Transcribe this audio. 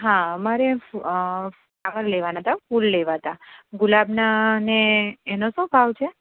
હા મારે ફ્લાવર લેવાના હતાં ફૂલ લેવા હતાં ગુલાબના ને એનો શું ભાવ છે